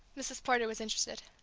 mrs. porter was interested.